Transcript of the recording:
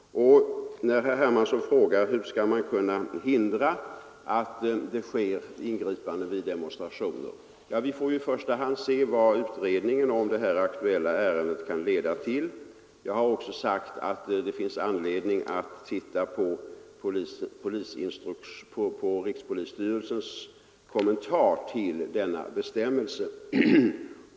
Herr Hermansson frågar hur man skall kunna hindra att det görs ingripanden vid demonstrationer. Vi får i första hand se vad utredningen om det här aktuella ärendet kan leda till. Jag har också sagt att det finns anledning att titta på rikspolisstyrelsens kommentar till denna bestämmelse.